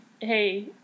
hey